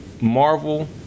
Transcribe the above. Marvel